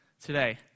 today